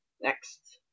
Next